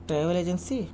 travel agency